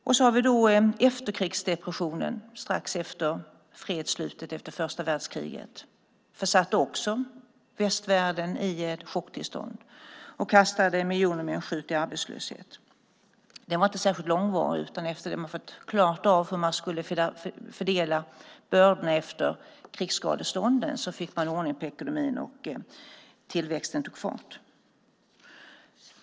Vi har efterkrigsdepressionen strax efter fredsslutet efter första världskriget. Den försatte också västvärlden i chocktillstånd och kastade miljoner människor ut i arbetslöshet. Den var inte särskilt långvarig, utan efter det att man klarat av hur man skulle fördela bördorna efter krigsskadestånden fick man ordning på ekonomin, och tillväxten tog fart.